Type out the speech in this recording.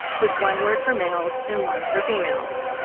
with one word for males and one for females.